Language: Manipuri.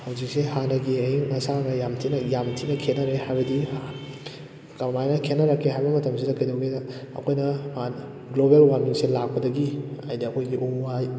ꯍꯧꯖꯤꯛꯁꯦ ꯍꯥꯟꯅꯒꯤ ꯑꯏꯪ ꯑꯁꯥꯒ ꯌꯥꯝ ꯊꯤꯅ ꯌꯥꯝ ꯊꯤꯅ ꯈꯦꯠꯅꯔꯦ ꯍꯥꯏꯕꯗꯤ ꯀꯔꯝ ꯍꯥꯏꯅ ꯈꯦꯠꯅꯔꯛꯀꯦ ꯍꯥꯏꯕ ꯃꯇꯝꯁꯤꯗ ꯀꯩꯇꯧꯒꯦꯗ ꯑꯩꯈꯣꯏꯅ ꯒ꯭ꯂꯣꯕꯦꯜ ꯋꯥꯔꯃꯤꯡꯁꯦ ꯂꯥꯛꯄꯗꯒꯤ ꯍꯥꯏꯗꯤ ꯑꯩꯈꯣꯏꯒꯤ ꯎ ꯋꯥ